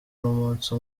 umunsi